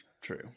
true